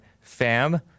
fam